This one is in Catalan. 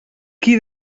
qui